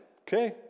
okay